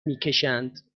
میکشند